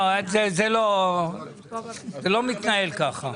לא, זה לא מתנהל ככה.